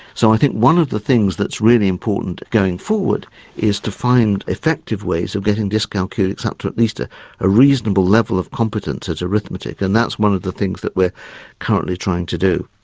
so i think one of the things that's really important going forward is to find effective ways of getting dyscalculics up to at least a ah reasonable level of competence at arithmetic, and that's one of the things that we're currently trying to do.